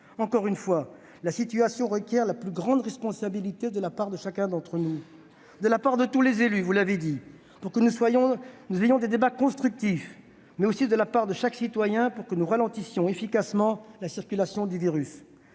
Encore une fois, la situation requiert la plus grande responsabilité de la part de chacun d'entre nous : de la part de tous les élus, pour que nous ayons des débats constructifs, mais aussi de chaque citoyen, pour que nous ralentissions efficacement la circulation du virus.